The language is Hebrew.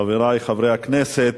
חברי חברי הכנסת,